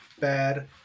bad